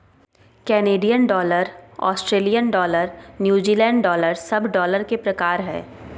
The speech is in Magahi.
Canadian dollar, Australian dollar, New Zealand dollar सब डॉलर के प्रकार हय